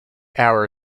hour